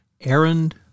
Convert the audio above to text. Errand